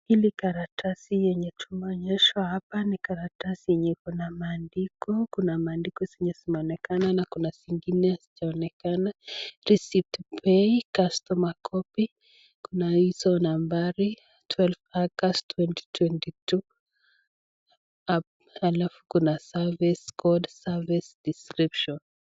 Hili karatasi lenye tumeonyeshwa hapa ni karatasi yenye iko na maandiko, kuna maandiko zenye zinaonekana na zingine hazionekani. Receipt pay, customer copy , kuna izo nambari 12 August 2022 . Alafu kuna service code, service description .